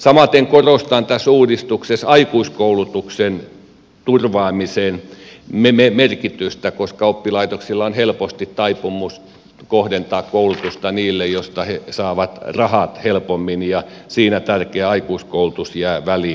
samaten korostan tässä uudistuksessa aikuiskoulutuksen turvaamisen merkitystä koska oppilaitoksilla on helposti taipumus kohdentaa koulutusta niille joista he saavat rahat helpommin ja siinä tärkeä aikuiskoulutus jää väliin